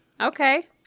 Okay